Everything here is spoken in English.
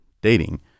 dating